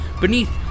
Beneath